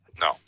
no